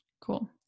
Cool